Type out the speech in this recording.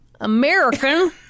American